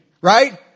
right